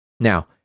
Now